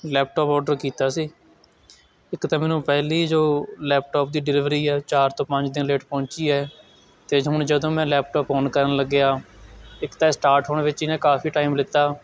laptop order ਕੀਤਾ ਸੀ ਇੱਕ ਤਾਂ ਮੈਨੂੰ ਪਹਿਲੀ ਜੋ ਲੈਪਟੋਪ ਦੀ ਡਿਲੀਵਰੀ ਹੈ ਚਾਰ ਤੋਂ ਪੰਜ ਦਿਨ ਲੇਟ ਪਹੁੰਚੀ ਹੈ ਅਤੇ ਹੁਣ ਜਦੋਂ ਮੈਂ ਲੈਪਟੋਪ ਔਨ ਕਰਨ ਲੱਗਿਆ ਇੱਕ ਤਾਂ ਇਹ ਸਟਾਰਟ ਹੋਣ ਵਿੱਚ ਇਹਨੇ ਕਾਫੀ ਟਾਈਮ ਲਿਤਾ